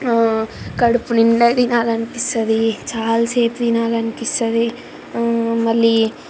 కడుపునిండా తినాలనిపిస్తుంది చాలా సేపు తినాలనిపిస్తుంది మళ్ళీ